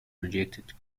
rejected